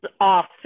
off